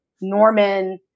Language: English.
Norman